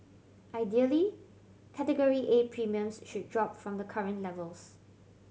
ideally Category A premiums should drop from the current levels